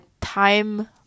time